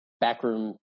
backroom